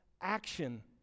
action